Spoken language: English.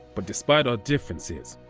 but despite our differences,